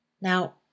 Now